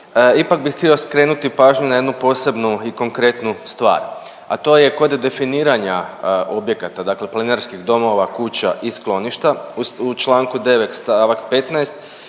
Ipak bih htio skrenuti pažnju na jednu posebnu i konkretnu stvar, a to je kod definiranja objekata, dakle planinarskih domova, kuća i skloništa, u čl. 9. st. 15.